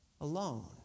alone